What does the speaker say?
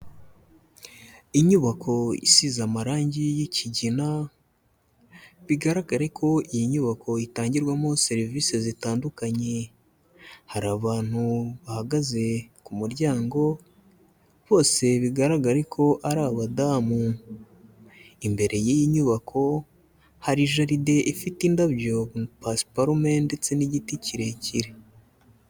Inyubako isize amarangi y'ikigina bigaragare ko iyi nyubako itangirwamo serivise zitandukanye, hari abantu bahagaze ku muryango bose bigaragare ko ari abadamu, imbere y'iyi nyubako hari jaride ifite indabyo, pasiparume ndetse n'igiti kirekire.